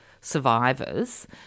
survivors